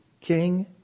king